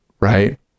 right